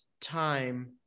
time